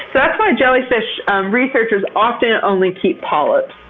that's why jellyfish researchers often only keep polyps.